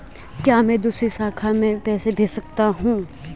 क्या मैं दूसरी शाखा में पैसे भेज सकता हूँ?